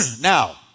Now